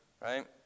right